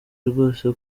rwose